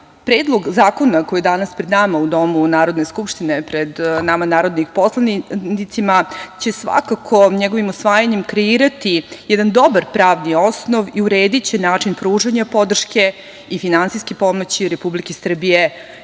UNESKO.Predlog zakona koji je danas pred nama u domu Narodne skupštine, pred nama narodnim poslanicima će svakako njegovim usvajanjem kreirati jedan dobar pravni osnov i urediće način pružanja podrške i finansijske pomoći Republike Srbije